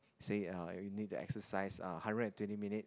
say ah you need to exercise a hundred and twenty minutes